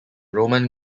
roman